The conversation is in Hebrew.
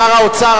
שר האוצר,